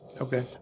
Okay